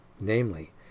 namely